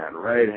right